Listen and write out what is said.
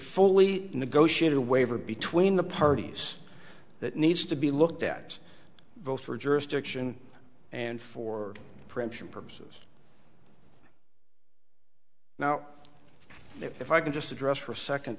fully negotiated a waiver between the parties that needs to be looked at both for jurisdiction and for preemption purposes now if i can just address for a second